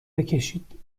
بکشید